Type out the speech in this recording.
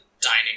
dining